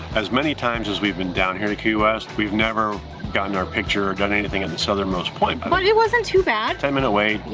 as many times as we've been down here to key west, we've never gotten our picture, done anything at the southernmost point. but it wasn't too bad. ten minute wait.